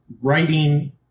writing